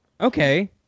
Okay